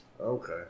Okay